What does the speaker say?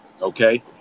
Okay